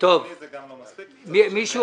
למיטב זיכרוני זה גם לא מספיק.